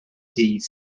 days